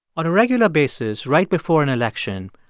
on a regular basis, right before an election,